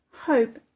Hope